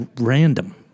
random